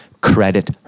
credit